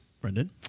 Brendan